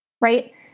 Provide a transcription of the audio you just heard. right